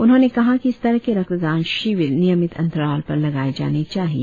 उन्होंने कहा कि इस तरह के रक्तदान शिविर नियमित अंतराल पर लगाए जाने चाहिए